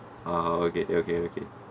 ah okay okay okay